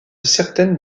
certaines